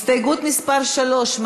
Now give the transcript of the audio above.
הסתייגות מס' 3,